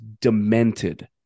demented